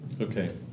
Okay